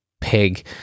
pig